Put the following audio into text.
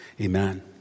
amen